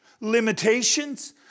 limitations